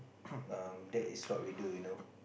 um that is what we do you know